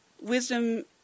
Wisdom